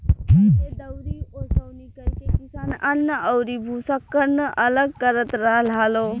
पहिले दउरी ओसौनि करके किसान अन्न अउरी भूसा, कन्न अलग करत रहल हालो